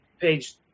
page